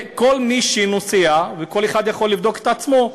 כל מי שנוסע, וכל אחד יכול לבדוק את עצמו,